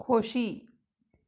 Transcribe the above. खोशी